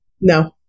No